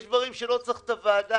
יש דברים שלא צריך את הוועדה,